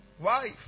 wife